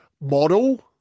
model –